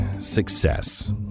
success